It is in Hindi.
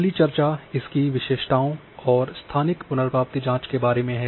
पहली चर्चा इसकी विशेषताओं और स्थानिक पुनर्प्राप्ति जाँच के बारे में है